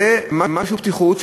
זו פתיחות,